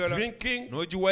drinking